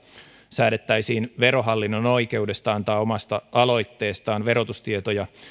säädettäisiin verohallinnon oikeudesta antaa omasta aloitteestaan verotustietoja